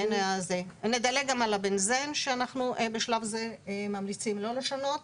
נדלג גם על הבנזן שבשלב הזה אנחנו ממליצים לא לשנות.